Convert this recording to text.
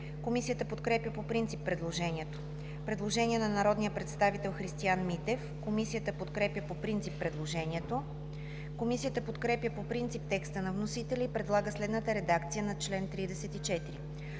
Комисията подкрепя по принцип предложението. Предложение на народния представител Христиан Митев. Комисията подкрепя по принцип предложението. Комисията подкрепя по принцип текста на вносителя и предлага следната редакция на чл. 34: